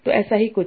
तो ऐसा ही कुछ